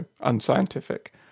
unscientific